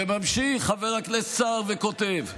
וממשיך חבר הכנסת סער וכותב: